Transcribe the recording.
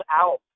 out